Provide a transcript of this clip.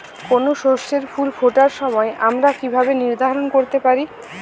কোনো শস্যের ফুল ফোটার সময় আমরা কীভাবে নির্ধারন করতে পারি?